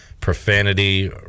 profanity